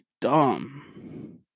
dumb